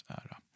ära